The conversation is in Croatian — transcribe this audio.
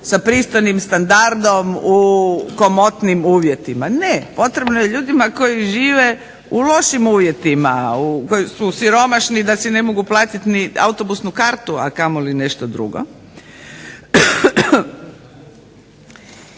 sa pristojnim standardom u komotnijim uvjetima, ne. Potrebno je ljudima koji žive u lošim uvjetima, koji su siromašni da si ne mogu platiti ni autobusnu kartu, a kamoli nešto drugo.